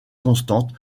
constante